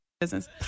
business